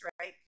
right